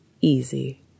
easy